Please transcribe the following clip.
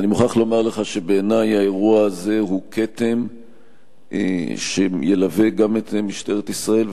ואני מוכרח לומר לך שבעיני האירוע הזה הוא כתם שילווה את משטרת ישראל,